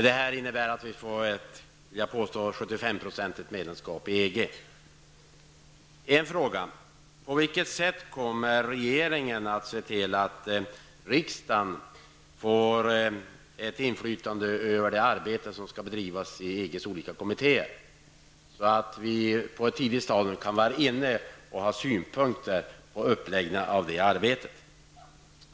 Detta innebär att vi får ett, vill jag påstå, 75 En fråga: På vilket sätt kommer regeringen att se till att riksdagen får ett inflytande över det arbete som skall bedrivas i EGs olika kommittéer -- att vi på ett tidigt stadium kan vara med och ha synpunkter på uppläggningen av det arbetet?